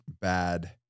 bad